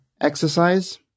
exercise